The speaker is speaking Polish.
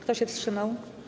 Kto się wstrzymał?